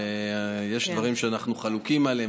ויש דברים שאנחנו חלוקים עליהם,